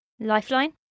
Lifeline